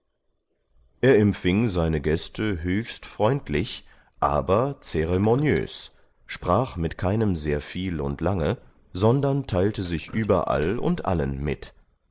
er empfing seine gäste höchst freundlich aber zeremoniös sprach mit keinem sehr viel und lange sondern teilte sich überall und allen mit